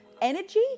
energy